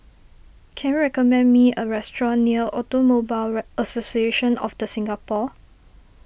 can you recommend me a restaurant near Automobile Association of the Singapore